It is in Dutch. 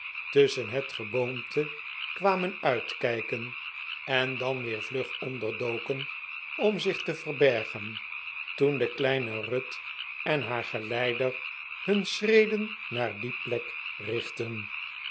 tusschen het geboomte kwamen uitkijken en dan weer vlug ondrdoken om zich te vetbergen toen de kleine ruth en haar geleider hun schreden naar die plek richtten